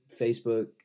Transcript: facebook